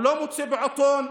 הוא לא מוצא פעוטון,